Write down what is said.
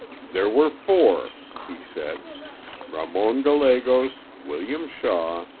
there were four, he said ramon gallegos, william shaw,